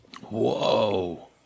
Whoa